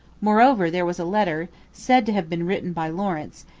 moreover, there was a letter, said to have been written by lawrence,